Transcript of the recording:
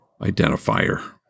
identifier